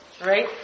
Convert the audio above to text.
right